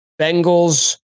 Bengals